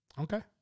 Okay